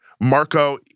Marco